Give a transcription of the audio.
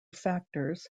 factors